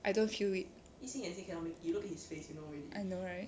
I don't feel it I know right